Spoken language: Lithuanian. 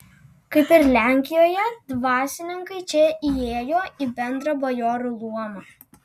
kaip ir lenkijoje dvasininkai čia įėjo į bendrą bajorų luomą